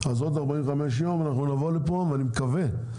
אז עוד 45 יום נבוא לפה ואני מקווה,